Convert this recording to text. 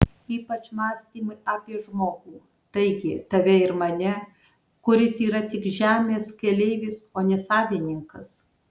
ypač mąstymai apie žmogų taigi tave ir mane kuris yra tik žemės keleivis o ne savininkas